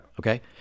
Okay